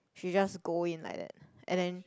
she just go in like that and then